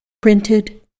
printed